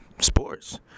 sports